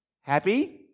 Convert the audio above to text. Happy